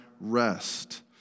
rest